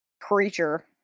creature